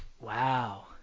Wow